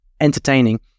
entertaining